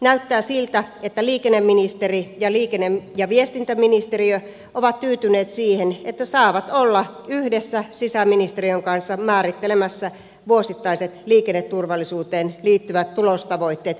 näyttää siltä että liikenneministeri ja liikenne ja viestintäministeriö ovat tyytyneet siihen että saavat olla yhdessä sisäministeriön kanssa määrittelemässä vuosittaiset liikenneturvallisuuteen liittyvät tulostavoitteet